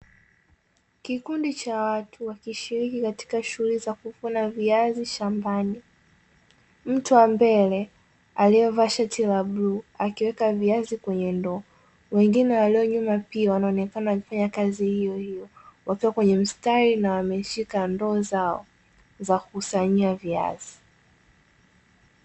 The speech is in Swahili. Kikundi cha watu wakishiriki katika shughuli za kuvuna viazi shambani, mtu wa mbele aliyevaa shati la bluu akiweka viazi kwenye ndoo; wengine waliyo nyuma pia wakionekana wakifanya kazi hiyo hiyo wakiwa kwenye mstari na wameshika ndio zao za kukusanyia viazi.